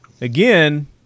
again